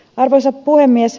arvoisa puhemies